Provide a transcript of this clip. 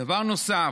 דבר נוסף,